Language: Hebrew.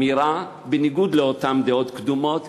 אמירה בניגוד לאותן דעות קדומות,